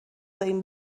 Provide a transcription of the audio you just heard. دارین